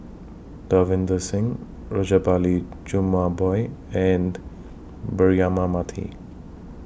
Davinder Singh Rajabali Jumabhoy and Braema Mathi